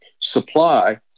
supply